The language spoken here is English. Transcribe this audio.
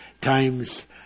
times